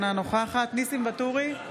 אינה נוכחת ניסים ואטורי,